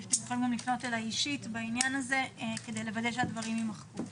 אפשר לפנות אליי אישית בעניין כדי לוודא שהדברים יימחקו.